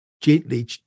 gently